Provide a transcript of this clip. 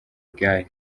igare